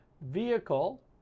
Vehicle